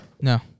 No